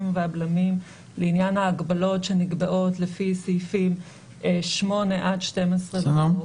והבלמים לעניין ההגבלות שנקבעות לפי סעיפים 12-8 לחוק,